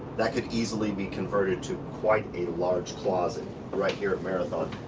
that could easily be converted to quite a large closet right here at marathon.